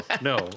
no